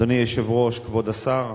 אדוני היושב-ראש, כבוד השר,